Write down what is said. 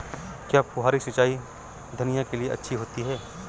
क्या फुहारी सिंचाई धनिया के लिए अच्छी होती है?